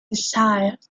desired